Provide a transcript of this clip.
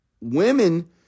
Women